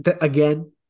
again